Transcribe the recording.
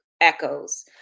Echoes